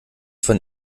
von